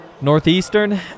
Northeastern